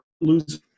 lose